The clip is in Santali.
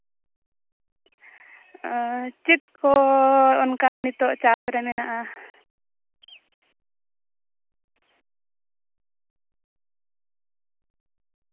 ᱪᱮᱫ ᱠᱚ ᱚᱱᱠᱟ ᱱᱤᱛᱚᱜ ᱪᱟᱥ ᱨᱮ ᱢᱮᱱᱟᱜᱼᱟ